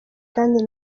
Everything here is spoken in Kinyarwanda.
kandi